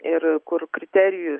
ir kur kriterijus